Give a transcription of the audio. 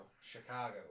Chicago